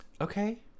Okay